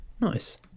Nice